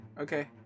Okay